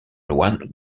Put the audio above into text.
one